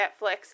Netflix